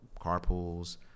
carpools